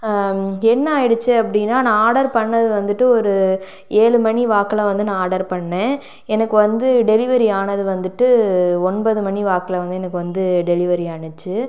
என்ன ஆகிடுச்சி அப்படின்னா நான் ஆடர் பண்ணது வந்துவிட்டு ஒரு ஏழு மணி வாக்கில் வந்து நான் ஆடர் பண்ணேன் எனக்கு வந்து டெலிவரி ஆனது வந்துவிட்டு ஒன்பது மணி வாக்கில் வந்து எனக்கு வந்து டெலிவரி ஆச்சு